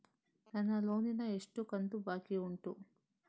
ನನ್ನ ಲೋನಿನ ಎಷ್ಟು ಕಂತು ಬಾಕಿ ಉಂಟು?